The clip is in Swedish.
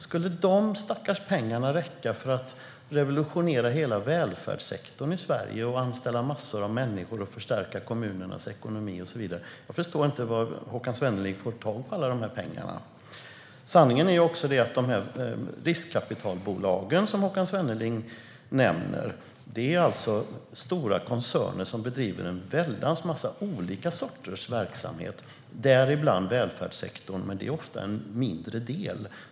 Skulle de stackars pengarna räcka till att revolutionera hela välfärdssektorn i Sverige, anställa massor av människor, förstärka kommunernas ekonomi och så vidare? Jag förstår inte var Håkan Svenneling får tag i alla de här pengarna. Sanningen är ju också att riskkapitalbolagen som Håkan Svenneling nämner är stora koncerner som bedriver en väldans massa olika sorters verksamhet, däribland i välfärdssektorn. Men det är ofta en mindre del.